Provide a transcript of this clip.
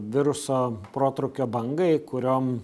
viruso protrūkio bangai kuriom